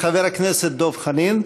חבר הכנסת דב חנין,